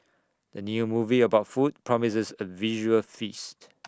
the new movie about food promises A visual feast